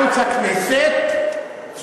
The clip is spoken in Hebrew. או שהם על ערוץ הכנסת,